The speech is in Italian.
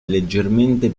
leggermente